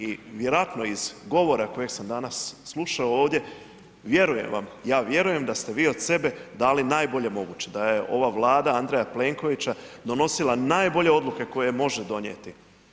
I vjerojatno iz govora kojeg sam danas slušao ovdje, vjerujem vam, ja vjerujem da ste vi od sebe dali najbolje moguće da je ova Vlada Andreja Plenkovića donosila najbolje odluke koje može donijeti.